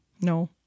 No